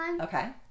okay